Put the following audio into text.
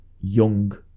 young